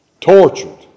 tortured